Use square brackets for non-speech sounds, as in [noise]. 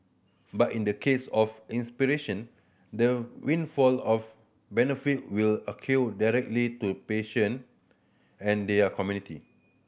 but in the case of [unintelligible] the windfall of benefit will accrue directly to patient and their community